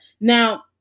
Now